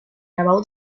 about